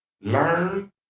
Learn